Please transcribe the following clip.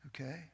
Okay